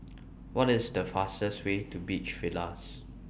What IS The fastest Way to Beach Villas